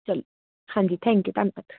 ਚਲੋ ਹਾਂਜੀ ਥੈਂਕਯੂ ਧੰਨਵਾਦ